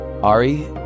Ari